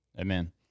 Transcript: Amen